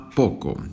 poco